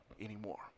anymore